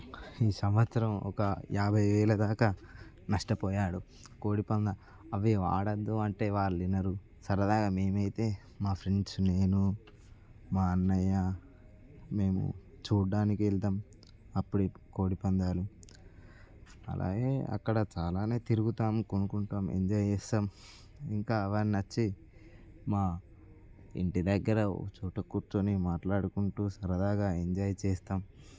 ఈ సంవత్సరం ఒక యాభై వేలు దాకా నష్టపోయాడు కోడి పందాలు అవి ఆడొద్దు అంటే వాళ్ళు వినరు సరదాగా మేమైతే మా ఫ్రెండ్స్ నేను మా అన్నయ్య మేము చూడడానికి వెళ్తాం అప్పుడే కోడి పందాలు అలాగే అక్కడ చాలానే తిరుగుతాం కొనుక్కుంటాం ఎంజాయ్ చేస్తాం ఇంకా ఎవరైనా వచ్చి మా ఇంటిదగ్గర ఒకచోట కూర్చోని మాట్లాడుకుంటూ సరదాగా ఎంజాయ్ చేస్తాం